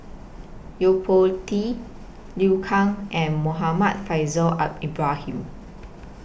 Yo Po Tee Liu Kang and Muhammad Faishal Ibrahim